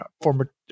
former